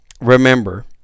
remember